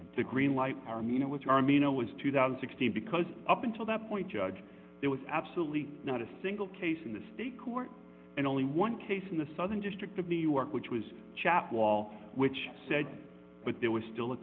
the green light army you know which army no is two thousand and sixteen because up until that point judge there was absolutely not a single case in the state court and only one case in the southern district of new york which was chat wall which said but there was still a